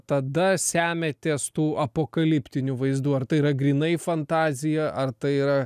tada semiatės tų apokaliptinių vaizdų ar tai yra grynai fantazija ar tai yra